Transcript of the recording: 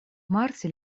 марте